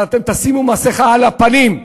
אבל אתם תשימו מסכה על הפנים,